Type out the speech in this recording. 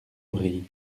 brie